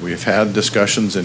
we've had discussions